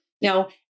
Now